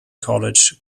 college